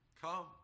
come